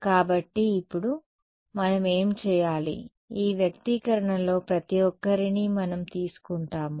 కాబట్టి ఇప్పుడు మనం ఏమి చేయాలి ఈ వ్యక్తీకరణలో ప్రతి ఒక్కరినీ మనం తీసుకుంటాము